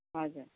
हजुर